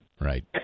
Right